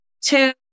two